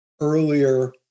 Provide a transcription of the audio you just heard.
earlier